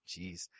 Jeez